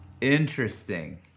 Interesting